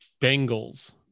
Bengals